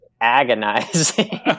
agonizing